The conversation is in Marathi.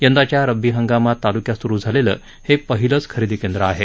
यंदाच्या रबी हंगामात तालुक्यात सुरु झालेलं हे पहिलच खरेदी केंद्र आहे